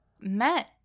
met